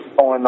on